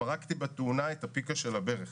פרקתי בתאונה את פיקת הברך.